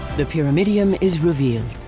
the pyramidion is revealed.